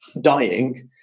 dying